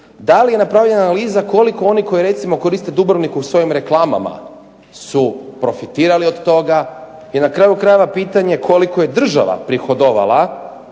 Da li je napravljena analiza koliko oni koji recimo koriste Dubrovnik u svojim reklamama su profitirali od toga. I na kraju krajeva pitanje koliko je država prihodovala